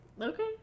Okay